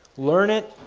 learn it,